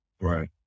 right